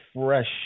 Fresh